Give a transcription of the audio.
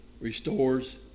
restores